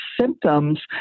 symptoms